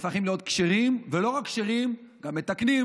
נהפכים להיות כשרים, ולא רק כשרים, גם מתקנים,